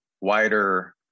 wider